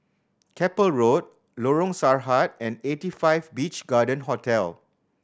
Keppel Road Lorong Sarhad and Eighty Five Beach Garden Hotel